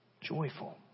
joyful